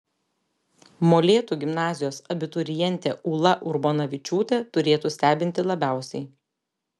molėtų gimnazijos abiturientė ūla urbonavičiūtė turėtų stebinti labiausiai